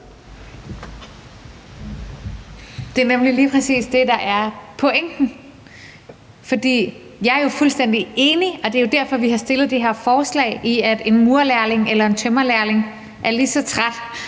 Det er nemlig lige præcis det, der er pointen. Jeg er jo fuldstændig enig, og det er derfor, vi har stillet det her forslag, for en murerlærling eller tømrerlærling er lige så træt,